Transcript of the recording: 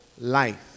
life